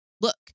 Look